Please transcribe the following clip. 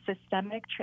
systemic